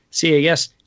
CAS